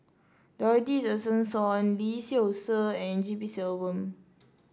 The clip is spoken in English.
Dorothy Tessensohn Lee Seow Ser and G P Selvam